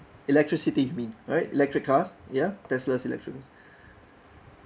electricity you mean right electric cars ya Tesla electric